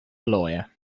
lawyer